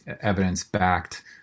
evidence-backed